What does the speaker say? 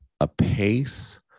apace